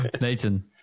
Nathan